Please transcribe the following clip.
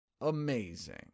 amazing